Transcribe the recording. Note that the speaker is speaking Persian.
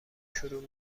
شروع